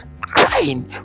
crying